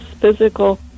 physical